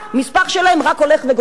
המספר שלהן רק הולך וגדל?